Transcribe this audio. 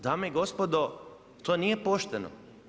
Dame i gospodo, to nije pošteno.